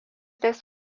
šalies